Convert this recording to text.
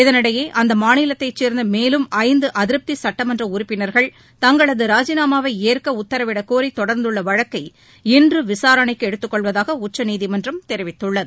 இதனிடையே அம்மாநிலத்தைச் சேர்ந்த மேலும் ஐந்து அதிருப்தி சுட்டமன்ற உறுப்பினர்கள் தங்களது ராஜினாமாவை ஏற்க உத்தரவிடக் கோரி தொடர்ந்துள்ள வழக்கை இன்று விசாரணைக்கு எடுத்துக் கொள்வதாக உச்சநீதிமன்றம் தெரிவித்துள்ளது